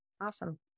Awesome